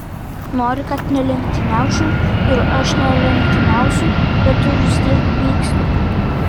nori kad nelenktyniaučiau ir aš nelenktyniausiu bet tu vis tiek pyksti